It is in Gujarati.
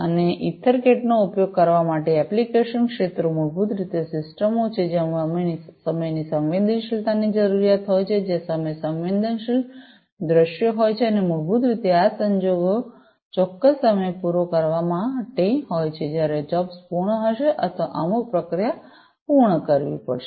અને ઇથરકેટનો ઉપયોગ કરવા માટેના એપ્લિકેશન ક્ષેત્રો મૂળભૂત રીતે સિસ્ટમો છે જ્યાં સમયની સંવેદનશીલતાની જરૂરિયાત હોય છે જ્યાં સમય સંવેદનશીલ દૃશ્યો હોય છે અને મૂળભૂત રીતે આ સંજોગો ચોક્કસ સમય પૂરા કરવા માટે હોય છે જ્યારે જોબ્સ પૂર્ણ હશે અથવા અમુક પ્રક્રિયા પૂર્ણ કરવી પડશે